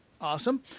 Awesome